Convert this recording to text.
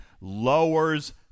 lowers